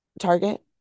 target